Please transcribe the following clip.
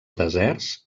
deserts